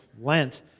Lent